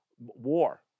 war